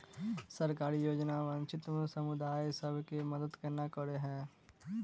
सरकारी योजना वंचित समुदाय सब केँ मदद केना करे है?